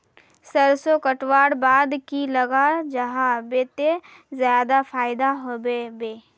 सरसों कटवार बाद की लगा जाहा बे ते ज्यादा फायदा होबे बे?